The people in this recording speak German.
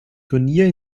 turnier